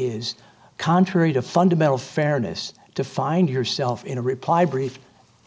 is contrary to fundamental fairness to find yourself in a reply brief